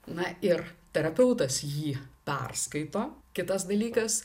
na ir terapeutas jį perskaito kitas dalykas